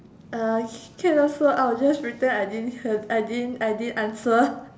uh straight also I'll just return I didn't return I didn't I didn't answer